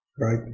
right